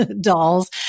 dolls